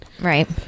right